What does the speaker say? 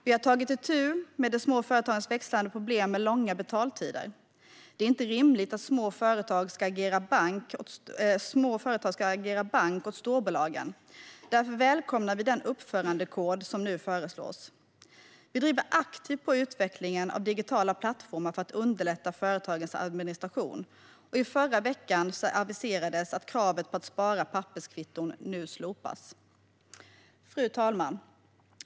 Vi har tagit itu med de små företagens växande problem med långa betaltider. Det är inte rimligt att små företag ska agera bank åt storbolagen. Därför välkomnar vi den uppförandekod som nu föreslås. Vi driver aktivt på utvecklingen av digitala plattformar för att underlätta företagens administration, och i förra veckan aviserades att kravet på att spara papperskvitton nu slopas. Fru talman!